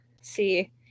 see